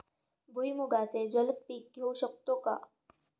भुईमुगाचे जलद पीक घेऊ शकतो का?